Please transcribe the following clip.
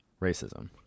racism